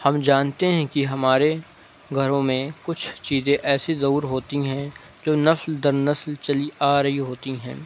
ہم جانتے ہیں کہ ہمارے گھروں میں کچھ چیزیں ایسی ضرور ہوتی ہیں جو نسل در نسل چلی آرہی ہوتی ہیں